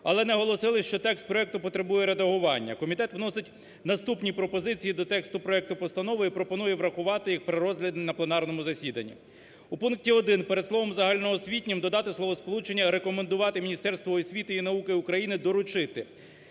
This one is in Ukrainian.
Але наголосили, що текст проекту потребує редагування. Комітет вносить наступні пропозиції до тексту проекту постанови і пропонує врахувати їх при розгляді на пленарному засіданні. У пункті один перед словом "загальноосвітнім" додати словосполучення "рекомендувати Міністерству освіти і науки України доручити".